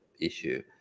issue